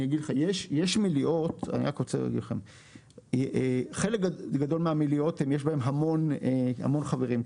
אני רק רוצה להגיד: בחלק גדול מהמליאות יש המון חברים,